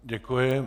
Děkuji.